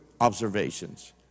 observations